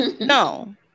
No